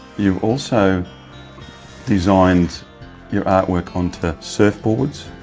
you also design and your art work onto surfboards,